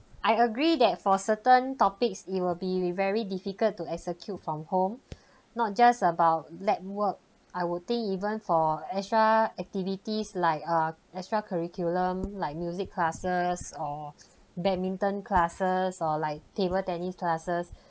I agree that for certain topics it will be very difficult to execute from home not just about lab work I would think even for extra activities like uh extra curriculum like music classes or badminton classes or like table tennis classes